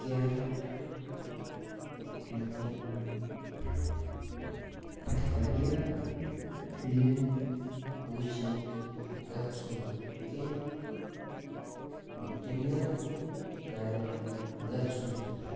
کیٛاہ مےٚ پَزیٛاہ فِلم وُچھنہِ گَژھُن کِنہٕ ڈِنر کَرنہِ گژھُن